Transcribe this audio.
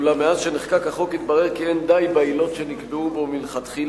אולם מאז שנחקק החוק התברר כי אין די בעילות שנקבעו בו מלכתחילה,